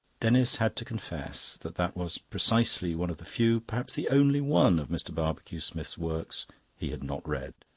denis had to confess that that was, precisely, one of the few, perhaps the only one, of mr. barbecue-smith's works he had not read.